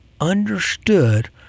understood